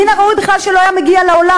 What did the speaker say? מן הראוי בכלל שלא היה מגיע לעולם,